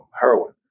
heroin